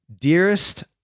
Dearest